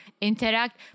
interact